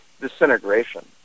disintegration